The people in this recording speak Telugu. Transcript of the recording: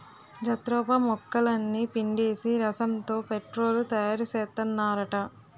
జత్రోపా మొక్కలని పిండేసి రసంతో పెట్రోలు తయారుసేత్తన్నారట